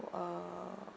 uh